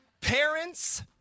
Parents